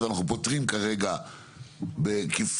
אנחנו פותרים כרגע בהיקפי,